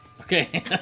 Okay